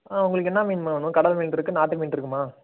மா உங்களுக்கு என்ன மீன்மா வேணும் கடல் மீனிருக்கு நாட்டு மீனிருக்கும்மா